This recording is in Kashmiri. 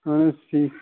اَہن حظ ٹھیٖک چھُ